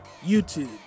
YouTube